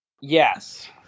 Yes